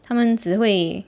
他们只会